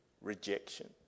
rejection